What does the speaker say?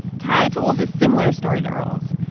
ty told a similar story to earl's.